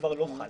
כבר לא חל.